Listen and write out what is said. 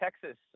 Texas